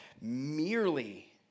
merely